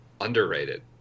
underrated